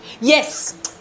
yes